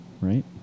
right